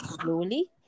slowly